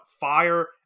fire